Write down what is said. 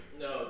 No